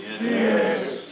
Yes